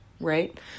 right